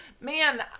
man